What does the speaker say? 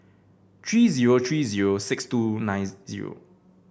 three zero three zero six two nine zero